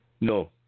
No